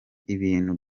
ibintu